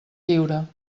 lliure